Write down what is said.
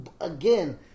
again